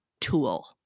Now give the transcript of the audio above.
tool